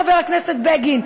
חבר הכנסת בגין?